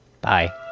Bye